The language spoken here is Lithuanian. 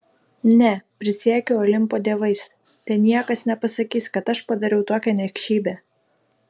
ne prisiekiu olimpo dievais te niekas nepasakys kad aš padariau tokią niekšybę